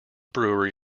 brewery